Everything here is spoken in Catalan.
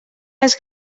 les